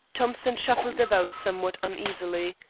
thompson shuffled about somewhat uneasily.